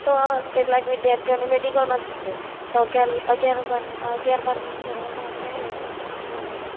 તો કેટલાંક વિદ્યાર્થીઓને મેડીકલમાં શોખ હોય તો અગિયાર અગિયાર બાર અગિયાર બાર ધોરણમાં આપણે આવીએ તો સાયન્સ લેવું પડે